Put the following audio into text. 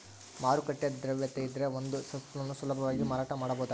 ಮಾರುಕಟ್ಟೆ ದ್ರವ್ಯತೆಯಿದ್ರೆ ಒಂದು ಸ್ವತ್ತನ್ನು ಸುಲಭವಾಗಿ ಮಾರಾಟ ಮಾಡಬಹುದಾಗಿದ